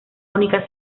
única